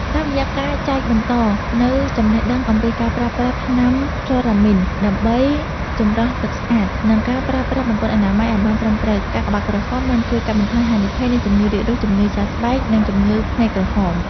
តាមរយៈការចែកបន្តនូវចំណេះដឹងអំពីការប្រើប្រាស់ថ្នាំក្លរ៉ាមីនដើម្បីចម្រោះទឹកស្អាត និងការប្រើប្រាស់បង្គន់អនាម័យឱ្យបានត្រឹមត្រូវ កាកបាទក្រហមបានជួយកាត់បន្ថយហានិភ័យនៃជំងឺរាករូស ជំងឺសើស្បែក និងជំងឺភ្នែកក្រហម។